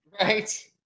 Right